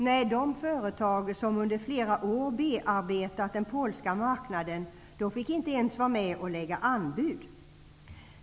Nej, de företag som under flera år bearbetat den polska marknaden fick inte ens vara med och lägga anbud.